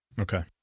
Okay